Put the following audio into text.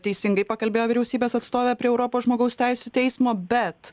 teisingai pakalbėjo vyriausybės atstovė prie europos žmogaus teisių teismo bet